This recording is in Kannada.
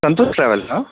ಸಂತೋಷ್ ಟ್ರಾವೆಲ್ಸಾ